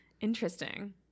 Interesting